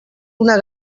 una